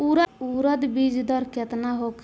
उरद बीज दर केतना होखे?